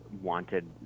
wanted